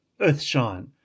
Earthshine